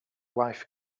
wife